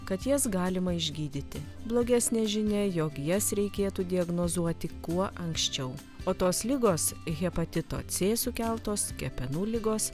kad jas galima išgydyti blogesnė žinia jog jas reikėtų diagnozuoti kuo anksčiau o tos ligos hepatito c sukeltos kepenų ligos